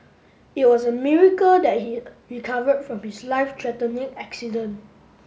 it was a miracle that he recovered from his life threatening accident